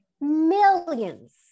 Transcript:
millions